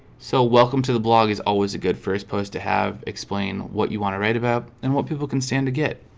so welcome to the blog is always a good first post to have explain what you want to write about and what people can stand to get